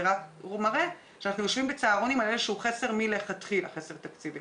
זה רק אחרי טרכטנברג שהוא הכניס את זה.